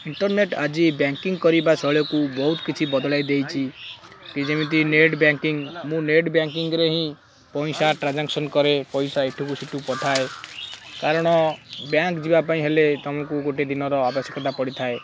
internet ଆଜି banking କରିବା ଶୈଳୀକୁ ବହୁତ କିଛି ବଦଳାଇ ଦେଇଛି କି ଯେମିତି ନେଟ୍ ବ୍ୟାଙ୍କିଙ୍ଗ ମୁଁ ନେଟ୍ ବ୍ୟାଙ୍କିଙ୍ଗରେ ହିଁ ପଇସା ଟ୍ରାଞ୍ଜାକ୍ସନ୍ କରେ ପଇସା ଏଠୁକୁ ସେଠୁ ପଠାଏ କାରଣ ବ୍ୟାଙ୍କ ଯିବା ପାଇଁ ହେଲେ ତୁମକୁ ଗୋଟେ ଦିନର ଆବଶ୍ୟକତା ପଡ଼ିଥାଏ